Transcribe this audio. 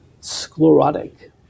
sclerotic